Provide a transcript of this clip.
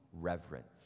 reverence